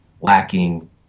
lacking